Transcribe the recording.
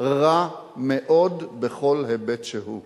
רע מאוד, בכל היבט שהוא.